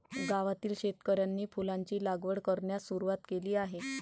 गावातील शेतकऱ्यांनी फुलांची लागवड करण्यास सुरवात केली आहे